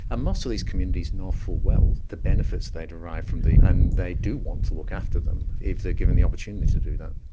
and most of these communities know full well the benefits they derive from the, and they do want to look after them if they are given the opportunity to do that.